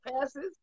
passes